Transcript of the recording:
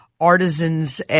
artisans